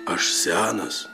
aš senas